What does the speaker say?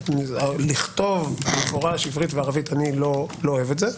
הנושא של לכתוב במפורש עברית וערבית אני לא אוהב את זה.